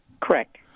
Correct